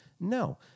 No